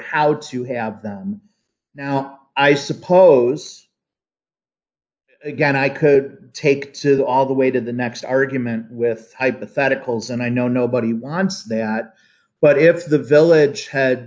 how to have them now i suppose again i could take to all the way to the next argument with hypotheticals and i know nobody wants that but if the village